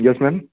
yes ma'am